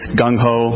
gung-ho